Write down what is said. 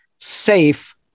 safe